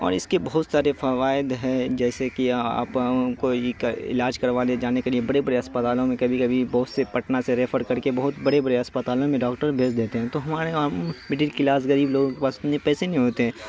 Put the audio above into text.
اور اس کے بہت سارے فوائد ہے جیسے کہ آپ کو علاج کروانے جانے کے لیے بڑے بڑے اسپتالوں میں کبھی کبھی بہت سے پٹنہ سے ریفر کر کے بہت بڑے بڑے اسپتالوں میں ڈاکٹر بھیج دیتے ہیں تو ہمارے وہاں مڈل کلاس غریب لوگوں کے پاس اتنے پیسے نہیں ہوتے ہیں